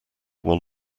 one